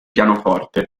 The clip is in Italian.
pianoforte